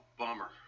bummer